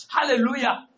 Hallelujah